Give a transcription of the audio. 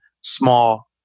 small